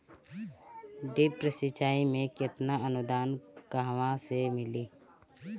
Drip सिंचाई मे केतना अनुदान कहवा से मिली?